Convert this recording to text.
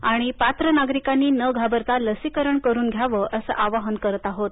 आणि पात्र नागरिकांनी न घाबरता लसीकरण करून घ्यावं असं आवाहन करत आहोत